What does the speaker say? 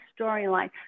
storyline